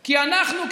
כי הינה אנחנו,